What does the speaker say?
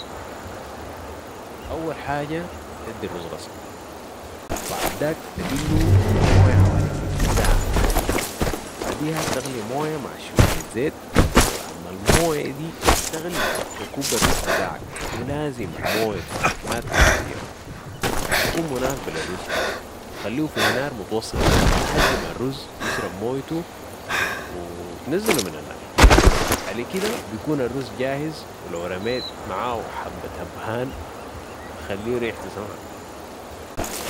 اول حاجه تدي الرز غسله و بعداك تبله في مويه حوالي تلت ساعه كده وبعديها تغلي مويه مع شويه زيت بعد ما المويه دي تغلي تكب الرز بتاعك ولازم المويه ما تكون كتيره تكون مناسبه للرز و تخليهو في نار متوسطه لحدي ما الرز يشرب مويته و تنزله من النار على كده بيكون الرز جاهز ولو رميت معاو حبه هبهان بتخليو ريحتو سمحه